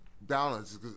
balance